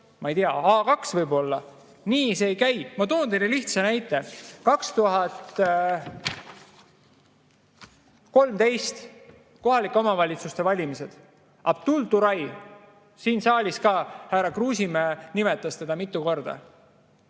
ma ei tea, A2 võib-olla. Nii see ei käi! Ma toon teile lihtsa näite. 2013. aasta kohalike omavalitsuste valimised. Abdul Turay, siin saalis ka härra Kruusimäe nimetas teda mitu korda.